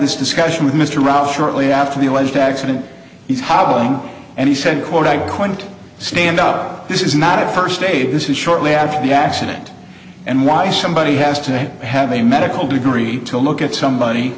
this discussion with mr ruff shortly after the alleged accident is how long and he said quote i can't stand up this is not a first date this is shortly after the accident and why somebody has to have a medical degree to look at somebody